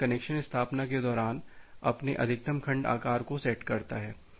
और यह कनेक्शन स्थापना के दौरान अपने अधिकतम खंड आकार को सेट करता है